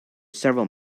several